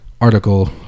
article